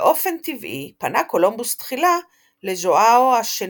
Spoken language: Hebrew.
באופן טבעי פנה קולומבוס תחילה לז'ואאו השני,